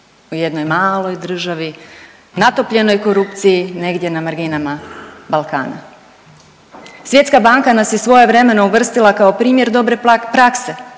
u jednoj maloj državi natopljenoj korupciji, negdje na marginama Balkana. Svjetska banka nas je svojevremeno uvrstila kao primjer dobre prakse